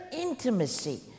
intimacy